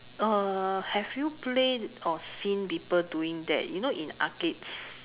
uh have you played or seen people doing that you know in arcades